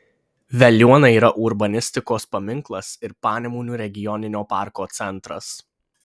veliuona yra urbanistikos paminklas ir panemunių regioninio parko centras